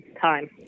time